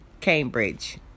Cambridge